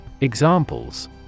Examples